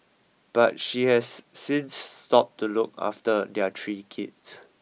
but she has since stopped to look after their three kids